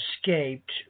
escaped